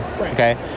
okay